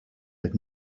had